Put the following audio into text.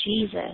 Jesus